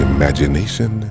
Imagination